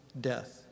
death